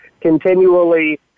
continually